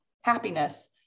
happiness